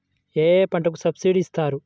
ఏ పంటకు సబ్సిడీ ఇస్తారు?